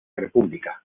república